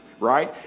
right